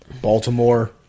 Baltimore